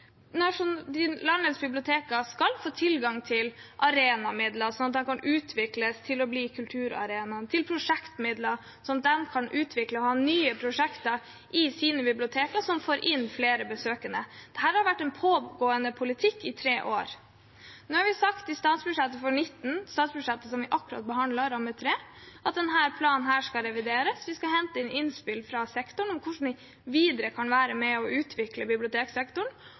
landets biblioteker skal få tilgang til arenamidler, slik at de kan utvikles til å bli kulturarenaer, og til prosjektmidler, slik at de kan utvikle og ha nye prosjekter i sine biblioteker, slik at de får inn flere besøkende. Dette har vært en politikk som har pågått i tre år. Vi har i rammeområde 3 i statsbudsjettet for 2019, som vi akkurat har behandlet, sagt at denne planen skal revideres. Vi skal hente inn innspill fra sektoren om hvordan vi videre kan være med og utvikle biblioteksektoren.